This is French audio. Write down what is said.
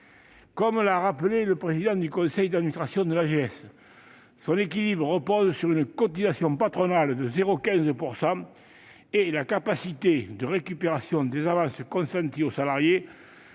Comme l'a rappelé le président du conseil d'administration de l'AGS, l'équilibre du mécanisme repose sur une cotisation patronale de 0,15 % et la capacité de récupération des avances consenties aux salariés,